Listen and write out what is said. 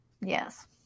yes